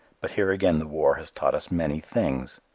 but here again the war has taught us many things.